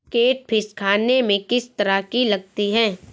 Catfish खाने में किस तरह की लगती है?